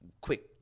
Quick